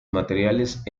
materiales